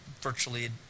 virtually